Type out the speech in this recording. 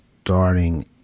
starting